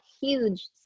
huge